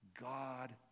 God